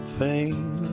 pain